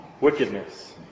wickedness